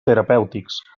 terapèutics